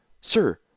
Sir